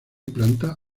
planta